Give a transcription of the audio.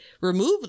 remove